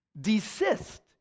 desist